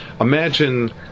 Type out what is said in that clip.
Imagine